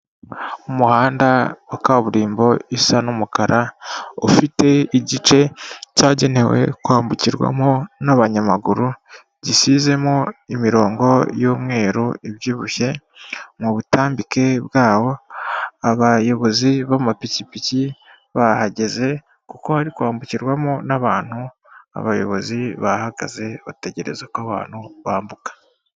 Umuhanda wa kaburimbo usa n'umukara ufite igice cyagenewe kwambukirwamo n'abanyamaguru, gisizemo imirongo y'umweru ibyibushye mu butambike bwabo, abayobozi b'amapikipiki bahageze kuko bari kwambukirwamo n'abantu, abayobozi bahagaze bategereza ko abantu bambuka.